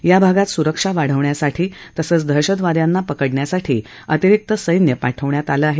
याभागात सुरक्षा वाढवण्यासाठी तसंच दहशतवाद्याना पकडण्यासाठी अतिरिक्त सैन्य पाठवण्यात आलं आहे